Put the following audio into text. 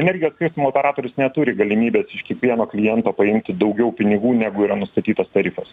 energijos skirstymo operatorius neturi galimybės iš kiekvieno kliento paimti daugiau pinigų negu yra nustatytas tarifas